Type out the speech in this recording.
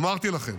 אמרתי לכם,